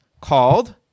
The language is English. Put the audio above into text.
called